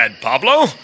Pablo